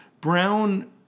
Brown